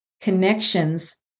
connections